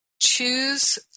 choose